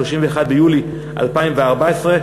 31 ביולי 2014,